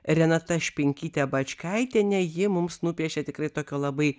renata špinkyte bačkaitiene ji mums nupiešė tikrai tokio labai